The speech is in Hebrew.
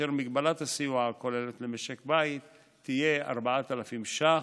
כאשר מגבלת הסיוע הכוללת למשק בית תהיה 4,000 ש"ח,